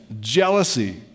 jealousy